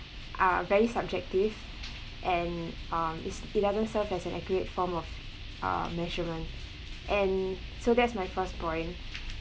are very subjective and uh is eleven serve as an accurate form of uh measurement and so that's my first point